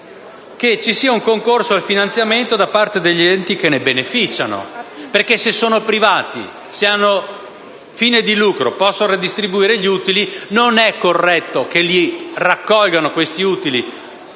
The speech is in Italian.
che vi sia un concorso al finanziamento da parte degli enti che ne beneficiano. Se sono privati, hanno fine di lucro e possono ridistribuire gli utili, non è corretto che raccolgano gli utili